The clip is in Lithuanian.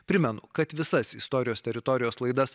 primenu kad visas istorijos teritorijos laidas